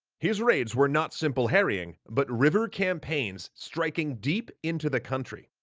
his raids were not simple harrying but river campaigns, striking deep into the country.